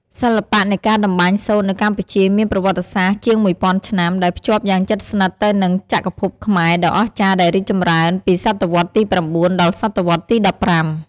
សិល្បៈនៃការតម្បាញសូត្រនៅកម្ពុជាមានប្រវត្តិសាស្ត្រជាងមួយពាន់ឆ្នាំ ដែលភ្ជាប់យ៉ាងជិតស្និទ្ធទៅនឹង ចក្រភពខ្មែរ ដ៏អស្ចារ្យដែលរីកចម្រើនពីសតវត្សរ៍ទី៩ ដល់សតវត្សរ៍ទី១៥។